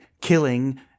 killing